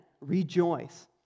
rejoice